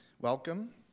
welcome